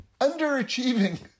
underachieving